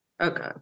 Okay